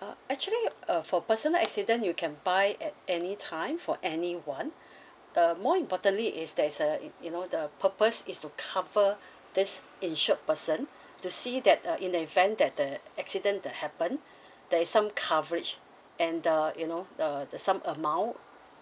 uh actually uh for personal accident you can buy at any time for any one uh more importantly is there's a you know the purpose is to cover these insured person to see that uh in the event that the accident happen there's some coverage and the you know uh some amount